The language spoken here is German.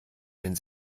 den